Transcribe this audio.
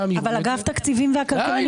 אנחנו נוריד את יוקר המחייה.